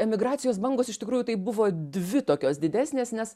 emigracijos bangos iš tikrųjų tai buvo dvi tokios didesnės nes